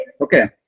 okay